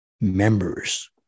members